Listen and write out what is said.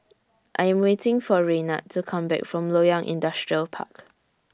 I Am waiting For Raynard to Come Back from Loyang Industrial Park